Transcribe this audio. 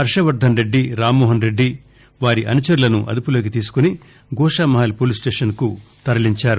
హర్షవర్దన్రెడ్డి రామ్మోహన్రెడ్డి వారి అనుచరులను అదుపులోకి తీసుకుని గోషామహల్ పోలీస్స్లేషన్కు తరలించారు